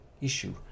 issue